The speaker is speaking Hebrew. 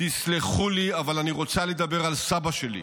"תסלחו לי --- אבל אני רוצה לדבר על סבא שלי".